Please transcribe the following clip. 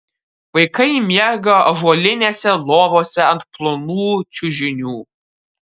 vaikai miega ąžuolinėse lovose ant plonų čiužinių